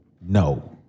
no